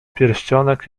pierścionek